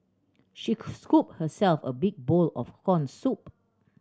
she scooped herself a big bowl of corn soup